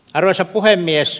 arvoisa puhemies